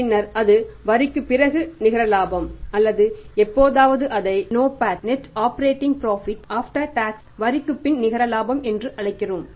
பின்னர் அது வரிக்குப் பிறகு நிகர லாபம் அல்லது எப்போதாவது அதை NOPAT வரிக்குப் பின் நிகர இலாபம் என்று அழைக்கிறோம்